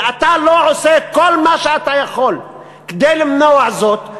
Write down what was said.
ואתה לא עושה את כל מה שאתה יכול כדי למנוע זאת,